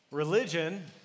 Religion